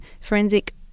forensic